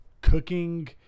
cooking